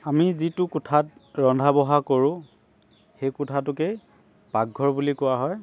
আমি যিটো কোঠাত ৰন্ধা বঢ়া কৰোঁ সেই কোঠাটোকে পাকঘৰ বুলি কোৱা হয়